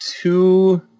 two